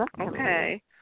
Okay